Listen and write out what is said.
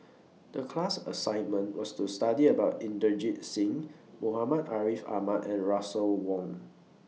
The class assignment was to study about Inderjit Singh Muhammad Ariff Ahmad and Russel Wong